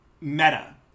Meta